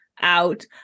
out